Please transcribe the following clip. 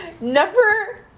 Number